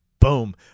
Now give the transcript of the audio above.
boom